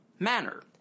manner